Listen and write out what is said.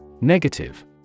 Negative